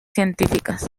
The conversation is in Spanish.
científicas